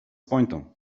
pointą